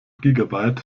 gigabyte